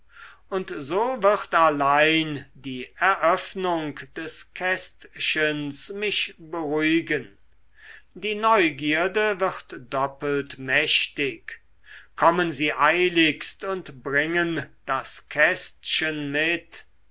und so wird allein die eröffnung des kästchens mich beruhigen die neugierde wird doppelt mächtig kommen sie eiligst und bringen das kästchen mit